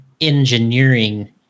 Engineering